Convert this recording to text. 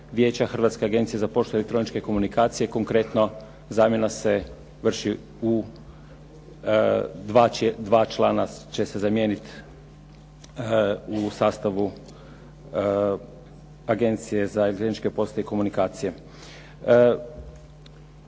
Hrvatske agencije za poštu i elektroničke komunikacije. Konkretno, zamjena se vrši u, dva člana će se zamijenit u sastavu Agencije za poštu i elektroničke komunikacije.